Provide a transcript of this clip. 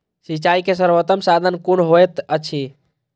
सिंचाई के सर्वोत्तम साधन कुन होएत अछि?